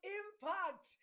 impact